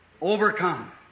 Overcome